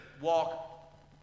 walk